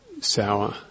sour